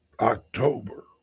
October